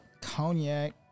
Cognac